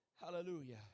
hallelujah